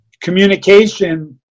Communication